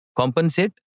compensate